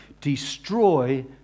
destroy